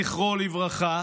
זכרו לברכה,